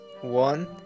one